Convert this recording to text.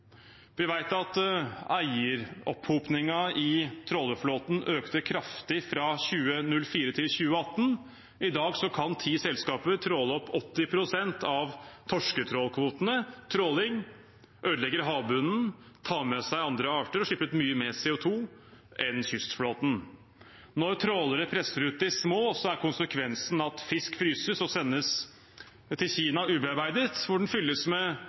Vi vet at eieropphopningen i trålerflåten økte kraftig fra 2004 til 2018. I dag kan ti selskaper tråle opp 80 pst. av torsketrålkvotene. Tråling ødelegger havbunnen, tar med seg andre arter og slipper ut mye mer CO 2 enn kystflåten. Når trålere presser ut de små, er konsekvensen at fisk fryses og sendes til Kina ubearbeidet, hvor den fylles med